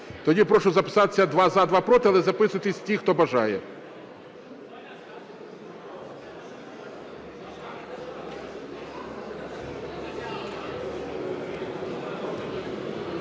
Тоді прошу записатися: два – за, два – проти. Але записуйтеся ті, хто бажає.